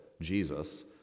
Jesus